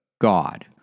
God